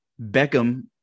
Beckham